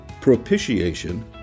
propitiation